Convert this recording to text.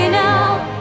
now